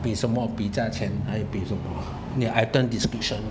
比什么比价钱还有比什么你的 item description